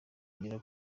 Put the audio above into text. bagera